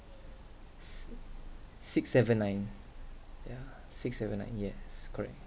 s~ six seven nine yeah six seven nine yes correct